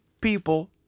people